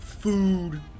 food